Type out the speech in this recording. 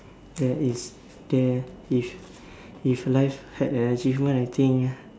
there is there if if life had an achievement I think